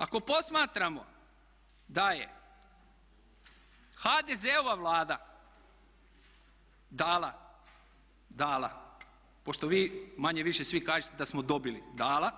Ako posmatramo da je HDZ-ova Vlada dala, pošto vi manje-više svi kažete da smo dobili, dala